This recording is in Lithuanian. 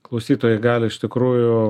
klausytojai gali iš tikrųjų